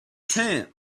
tent